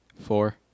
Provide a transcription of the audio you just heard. Four